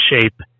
shape